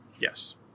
yes